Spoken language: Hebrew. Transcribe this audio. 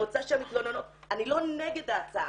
אני לא נגד ההצעה,